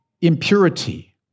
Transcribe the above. impurity